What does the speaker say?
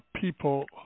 people